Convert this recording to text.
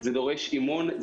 זה דורש אימון,